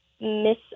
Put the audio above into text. Miss